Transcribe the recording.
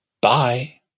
Bye